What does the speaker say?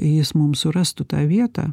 jis mums surastų tą vietą